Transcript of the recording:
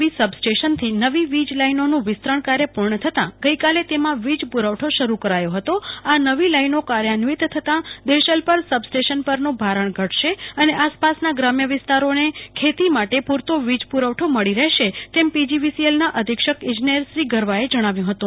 વી સબસ્ટેશનથી નવી લાઈનોનું વિસ્તરણ કાર્ય થતો ગઈકાલે તેમાં વિજ પુરવઠો શરૂ કરાયો હતો આ નવી લાઈનો કર્યાસ્થિત થતા દેશલપર સબસ્ટેશન પરનું ભારણ ઘટશે અને આસપાસનાં ગ્રામ્ય વિસ્તારોને પુરતો વિજપુરવઠો મળી રહશે તેમ પીજીવીસીએલનાં અધિક્ષક ઈજનેર શ્રી ગરવાએ જણાવ્યું હતું